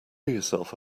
yourself